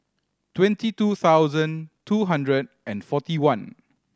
twenty two thousand two hundred and forty one